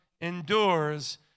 endures